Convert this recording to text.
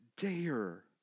dare